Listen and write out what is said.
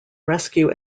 rescue